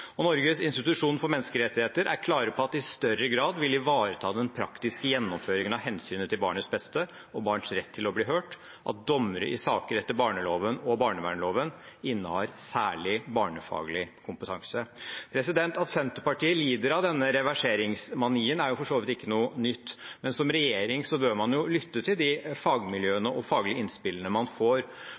Norges institusjon for menneskerettigheter er klare på at det i større grad vil ivareta den praktiske gjennomføringen av hensynet til barnets beste og barns rett til å bli hørt, og at dommere i saker etter barneloven og barnevernloven innehar særlig barnefaglig kompetanse. At Senterpartiet lider av denne reverseringsmanien, er for så vidt ikke noe nytt. Men som regjering bør man lytte til de fagmiljøene og faglige innspillene man får,